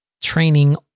training